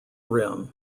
rim